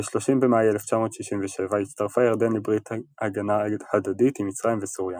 ב-30 במאי 1967 הצטרפה ירדן לברית הגנה הדדית עם מצרים וסוריה.